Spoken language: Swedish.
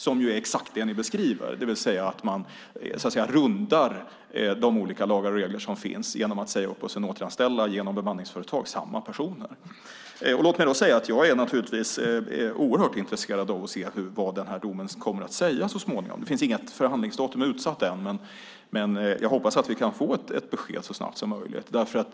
Det är exakt det ni beskriver, det vill säga att man rundar de olika regler och lagar som finns genom att säga upp och sedan via bemanningsföretag återanställa samma personer. Jag är oerhört intresserad av att se vad domen kommer att säga. Det finns inget förhandlingsdatum utsatt ännu, men jag hoppas att vi kan få ett besked så snabbt som möjligt.